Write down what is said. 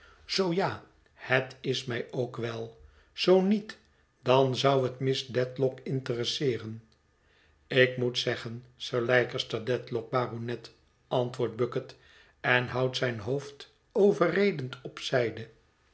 zoo ja het is mij ook wel zoo niet dan zou het miss dedlock interesseeren ik moet zeggen sir leicester dedlock baronet antwoordt bucket en houdt zijn hoofd overredend op zijde